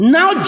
Now